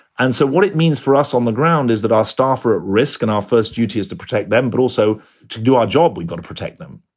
and so what it means for us on the ground is that our staff are at risk and our first duty is to protect them, but also to do our job. we've got to protect them.